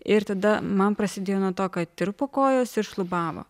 ir tada man prasidėjo nuo to kad tirpo kojos ir šlubavo